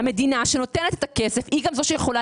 והמדינה שנותנת את הכסף היא גם זו שיכולה